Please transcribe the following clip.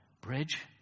bridge